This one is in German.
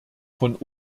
von